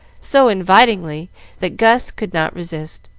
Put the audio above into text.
so invitingly that gus could not resist.